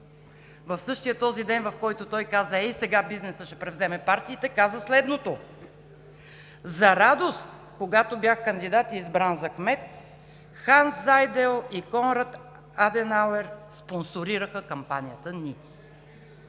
В същия този ден, в който той каза: „Ей сега бизнесът ще превземе партиите“, каза следното: „За радост, когато бях кандидат и избран за кмет, „Ханс Зайдел“ и „Конрад Аденауер“ спонсорираха кампанията ни“.